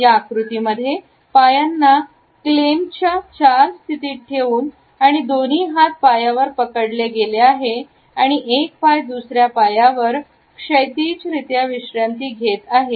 या आकृतीमध्ये पायांना क्लेम्पच्या चार स्थितीत ठेवून आणि दोन्ही हात पायावर पकडले गेले आहे आणि एक पाय दुसर्या पायावर क्षैतिजरित्या विश्रांती घेत आहे